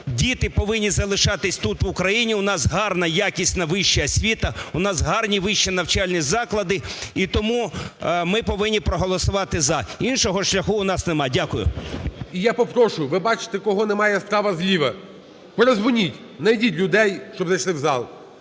Діти повинні залишатись тут в Україні, у нас гарна якісна вища освіта, у нас гарні вищі навчальні заклади. І тому ми повинні проголосувати "за", іншого шляху у нас немає. Дякую. ГОЛОВУЮЧИЙ. І я попрошу, ви бачите кого немає справа, зліва, передзвоніть, найдіть людей, щоб зайшли в зал.